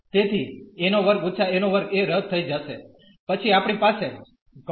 તેથી a2−a2 એ રદ થઇ જાશે પછી આપણી પાસે x−a2 છે